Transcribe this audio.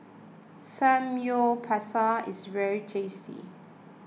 Samgyeopsal is very tasty